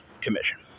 Commission